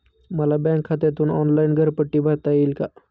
मला बँक खात्यातून ऑनलाइन घरपट्टी भरता येईल का?